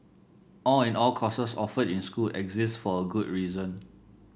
all in all courses offered in school exist for a good reason